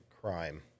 crime